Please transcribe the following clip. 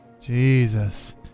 Jesus